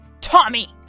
tommy